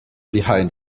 behind